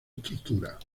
estructura